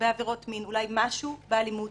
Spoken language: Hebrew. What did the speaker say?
בעבירות מין, אולי משהו באלימות,